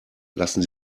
lassen